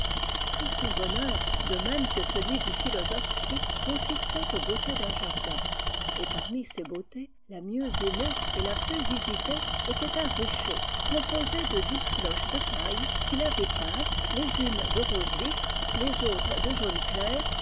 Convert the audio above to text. tout son bonheur de même que celui du philosophe scythe consistait aux beautés d'un jardin et parmi ces beautés la mieux aimée et la plus visitée était un rucher composé de douze cloches de paille qu'il avait peintes les unes de rose vif les autres de jaune clair